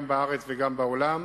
גם בארץ וגם בעולם.